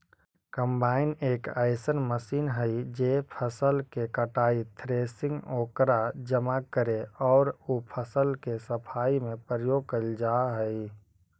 combine एक अइसन machine हई जे फसल के कटाई, थ्रेसिंग, ओकरा जमा करे औउर उ फसल के सफाई में प्रयोग कईल जा हई